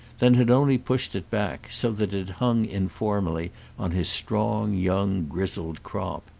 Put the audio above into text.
then had only pushed it back, so that it hung informally on his strong young grizzled crop.